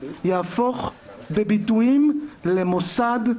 יהפוך בביטויים למוסד,